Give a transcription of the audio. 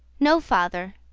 no, father,